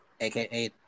AKA